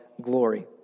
glory